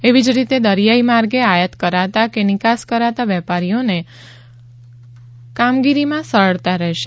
એવી જ રીતે દરીયાઇ માર્ગે આયાત કરાતા કે નિકાસ કરતા વેપારીઓને કામગીરીમાં સરળતા રહેશે